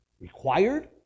required